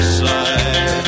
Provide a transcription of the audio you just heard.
side